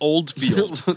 Oldfield